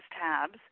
tabs